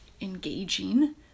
engaging